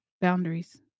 boundaries